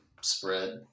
spread